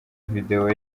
video